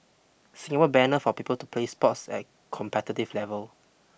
Singapore banner for people to play sports at competitive level